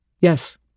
yes